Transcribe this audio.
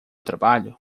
trabalho